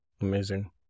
Amazing